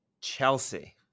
Chelsea